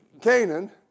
Canaan